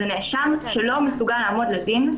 זה נאשם שלא מסוגל לעמוד לדין.